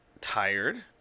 Tired